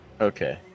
okay